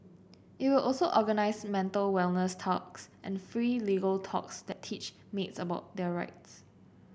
it will also organise mental wellness talks and free legal talks that teach maids about their rights